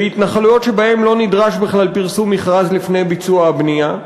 בהתנחלויות שבהן לא נדרש בכלל פרסום מכרז לפני ביצוע הבנייה.